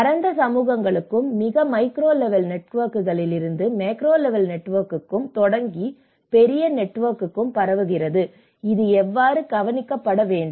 பரந்த சமூகங்களுக்கும் மிக மைக்ரோ லெவல் நெட்வொர்க்கிலிருந்து மேக்ரோ லெவல் நெட்வொர்க்குக்கும் தொடங்கி பெரிய நெட்வொர்க்குக்கும் பரவுவதற்கு இது எவ்வாறு கவனிக்கப்பட வேண்டும்